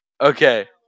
Okay